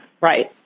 Right